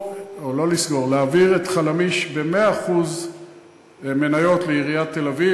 להעביר את "חלמיש" ב-100% מניות לעיריית תל-אביב,